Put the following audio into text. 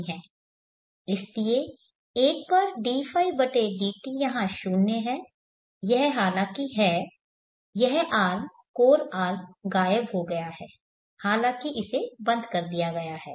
इसलिए एक बार dϕdt यहाँ 0 है यह हालांकि हैयह आर्म कोर आर्म गायब हो गया है हालांकि इसे बंद कर दिया गया है